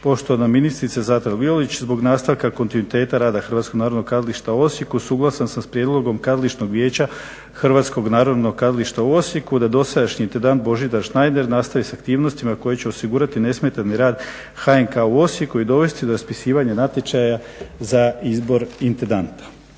Poštovana ministrice Zlatar Violić, zbog nastavka kontinuiteta rada Hrvatskog narodnog kazališta u Osijeku suglasan sam s prijedlogom Kazališnog vijeća Hrvatskog narodnog kazališta u Osijeku da dosadašnji intendant Božidar Schneider nastavi sa aktivnostima koje će osigurati nesmetani rad HNK u Osijeku i dovesti do raspisivanja natječaja za izbor intendanta.